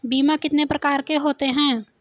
बीमा कितने प्रकार के होते हैं?